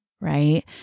right